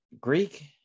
Greek